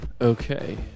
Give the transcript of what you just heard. Okay